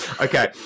Okay